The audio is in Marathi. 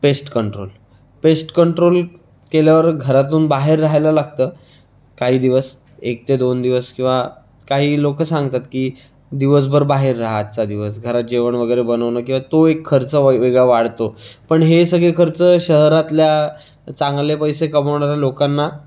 पेस्ट कंट्रोल पेस्ट कंट्रोल केल्यावर घरातून बाहेर रहायला लागतं काही दिवस एक ते दोन दिवस किंवा काही लोकं सांगतात की दिवसभर बाहेर राहा आजचा दिवस घरात जेवण वगैरे बनवणं किंवा तो एक खर्च व वेगळा वाढतो पण हे सगळे खर्च शहरातल्या चांगले पैसे कमावणाऱ्या लोकांना